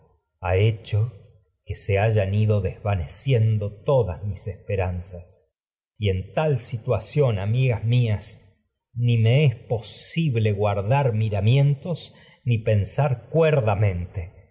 ha que se hecho hayan ido desvaneciendo todas mis esperanzas y en tal situación amigas mías ni me es posible guar pensar dar miramientos ni cuerdamente porque en